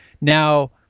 now